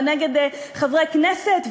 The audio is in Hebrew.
ונגד חברי כנסת,